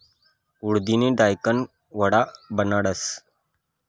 उडिदनी दायकन वडा बनाडतस